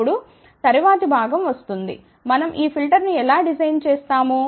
ఇప్పుడు తరువాతి భాగం వస్తుంది మనం ఈ ఫిల్టర్ను ఎలా డిజైన్ చేస్తాము